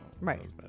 Right